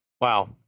Wow